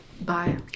Bye